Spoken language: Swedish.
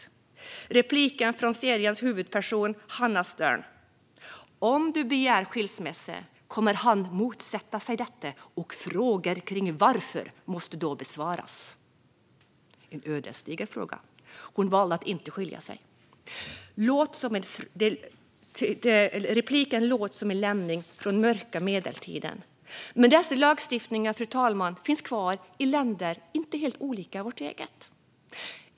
En replik från seriens huvudperson, Hanna Stern: Om du begär skilsmässa kommer han att motsätta sig detta, och frågan kring varför måste då besvaras - en ödesdiger fråga. Hon valde att inte skilja sig. Repliken låter som en lämning från mörka medeltiden. Men dessa lagstiftningar, fru talman, finns kvar i länder inte helt olika vårt eget.